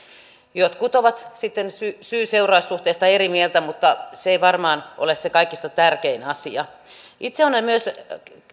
jotkut ovat sitten syy syy seuraus suhteista eri mieltä mutta se ei varmaan ole se kaikista tärkein asia itse olen myös